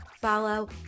follow